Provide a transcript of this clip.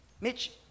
Mitch